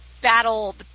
battle